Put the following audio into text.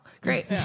Great